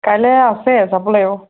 কাইলৈ আছে যাব লাগিব